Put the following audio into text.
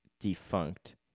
defunct